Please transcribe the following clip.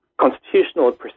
constitutional